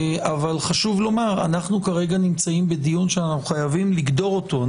אבל חשוב לומר שאנחנו כרגע נמצאים בדיון שאנחנו חייבים לגדר אותו.